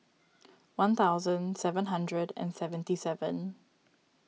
one thousand seven hundred and seventy seven